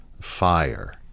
Fire